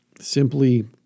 simply